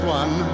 one